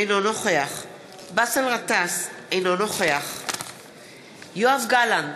אינו נוכח באסל גטאס, אינו נוכח יואב גלנט,